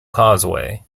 causeway